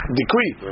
decree